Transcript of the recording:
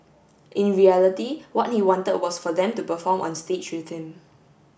in reality what he wanted was for them to perform on stage with him